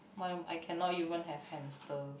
my I cannot even have hamsters